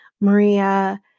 Maria